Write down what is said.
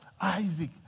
Isaac